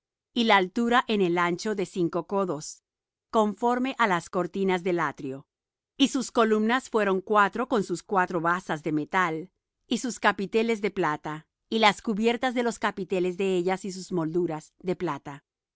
y la altura en el ancho de cinco codos conforme á las cortinas del atrio y sus columnas fueron cuatro con sus cuatro basas de metal y sus capiteles de plata y las cubiertas de los capiteles de ellas y sus molduras de plata